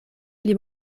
pli